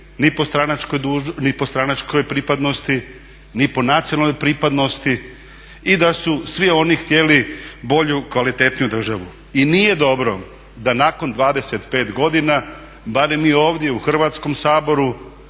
ni po stranačkoj pripadnosti, ni po nacionalnoj pripadnosti i da su svi oni htjeli bolju, kvalitetniju državu. I nije dobro da nakon 25 godina, barem mi ovdje u Hrvatskom saboru,